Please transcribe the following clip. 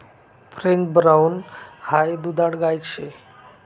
French brown high दुधाळ गाय शे